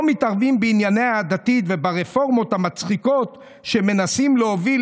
מתערבים בענייניה הדתיים וברפורמות המצחיקות שמנסים להוביל